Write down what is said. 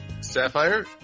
Sapphire